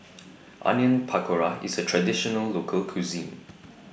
Onion Pakora IS A Traditional Local Cuisine